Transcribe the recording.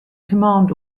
command